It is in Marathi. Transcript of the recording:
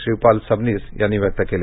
श्रीपाल सबनीस यांनी व्यक्त केले